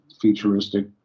futuristic